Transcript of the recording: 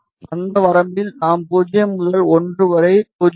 எனவே அந்த வரம்பில் நாம் 0 முதல் 1 வரை 0